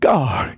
God